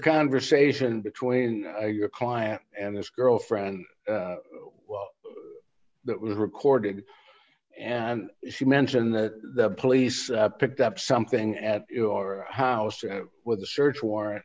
conversation between your client and his girlfriend that was recorded and she mentioned that the police picked up something at your house with a search warrant